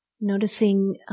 Noticing